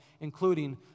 including